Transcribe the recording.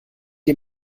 ihr